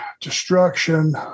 destruction